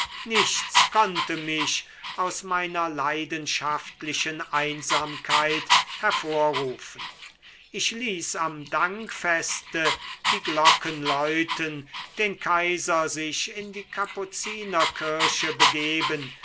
nichts konnte mich aus meiner leidenschaftlichen einsamkeit hervorrufen ich ließ am dankfeste die glocken läuten den kaiser sich in die kapuzinerkirche begeben